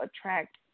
attract